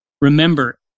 Remember